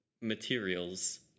materials